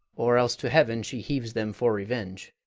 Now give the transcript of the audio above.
or else to heaven she heaves them for revenge.